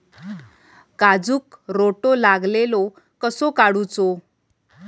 काजूक रोटो लागलेलो कसो काडूचो?